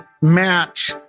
match